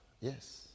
Yes